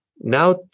Now